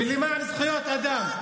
ולמען זכויות אדם.